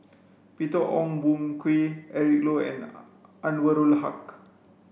Peter Ong Boon Kwee Eric Low and Anwarul Haque